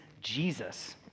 Jesus